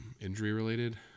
injury-related